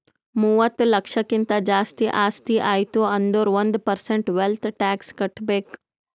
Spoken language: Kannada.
ಮೂವತ್ತ ಲಕ್ಷಕ್ಕಿಂತ್ ಜಾಸ್ತಿ ಆಸ್ತಿ ಆಯ್ತು ಅಂದುರ್ ಒಂದ್ ಪರ್ಸೆಂಟ್ ವೆಲ್ತ್ ಟ್ಯಾಕ್ಸ್ ಕಟ್ಬೇಕ್